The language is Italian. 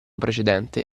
precedente